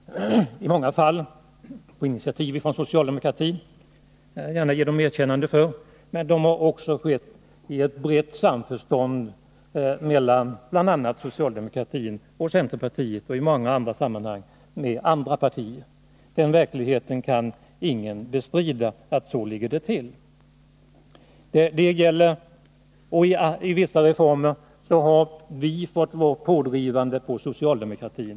Fru talman! Jag tycker det är olyckligt att de politiska positionerna blir så låsta att vi inte kan diskutera för människorna angelägna problem. Jag vill, för att återföra den här debatten till verkligheten, påpeka att en stor del av de stora sociala reformer som genomförts i vårt land i många fall har skett på initiativ av socialdemokratin — det vill jag gärna ge socialdemokraterna ett erkännande för — men de har också skett i brett samförstånd mellan bl.a. socialdemokratin och centerpartiet och i många andra sammanhang i samförstånd med andra partier. Den verkligheten kan ingen bestrida. Så ligger det till. I vissa reformer har centern fått vara pådrivande på socialdemokratin.